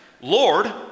Lord